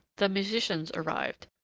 the musicians arrived,